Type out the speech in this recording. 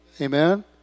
Amen